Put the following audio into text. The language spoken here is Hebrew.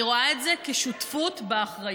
אני רואה את זה כשותפות באחריות.